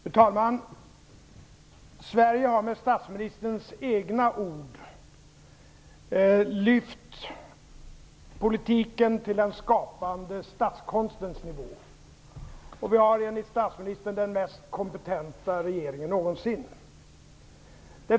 Fru talman! Sverige har, med statsministerns egna ord, lyft politiken till den skapande statskonstens nivå. Vi har, enligt statsministern, den mest kompetenta regeringen någonsin.